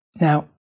Now